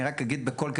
אני רק אגיד בקול,